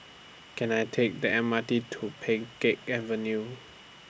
Can I Take The M R T to Pheng Geck Avenue